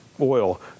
oil